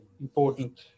important